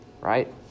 right